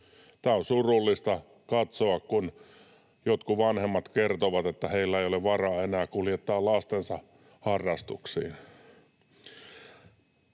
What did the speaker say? On surullista katsoa, kun jotkut vanhemmat kertovat, että heillä ei ole varaa enää kuljettaa lapsiansa harrastuksiin.